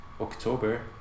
October